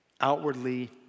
Outwardly